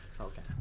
Okay